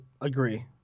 agree